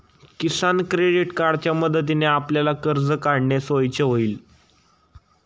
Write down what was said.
किसान credit कार्डच्या मदतीने आपल्याला कर्ज काढणे सोयीचे होईल